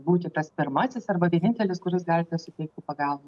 būti tas pirmasis arba vienintelis kuris gali suteikti pagalbą